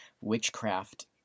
witchcraft